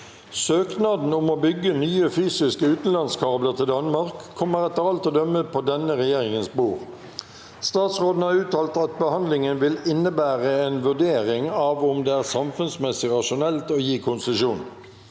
«Søknaden om å bygge nye fysiske utenlandskabler til Danmark kommer etter alt å dømme på denne regjer- ingens bord. Statsråden har uttalt at behandlingen vil «innebære en vurdering av om det er samfunnsmessig rasjonelt å gi konsesjon».